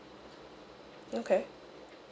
okay